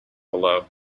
below